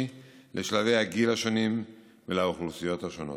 בשלבי הגיל השונים ולאוכלוסיות השונות.